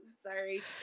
Sorry